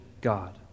God